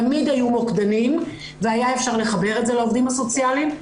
תמיד היו מוקדנים והיה אפשר לחבר את זה לעובדים הסוציאליים.